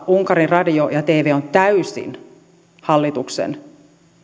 unkarin radio ja tv on täysin hallituksen